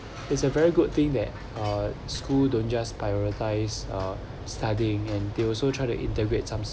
it's a very good thing that uh school don't just prioritize uh studying and they also try to integrate some